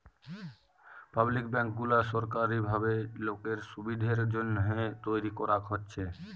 public bank গুলা সরকারি ভাবে লোকের সুবিধের জন্যহে তৈরী করাক হয়েছে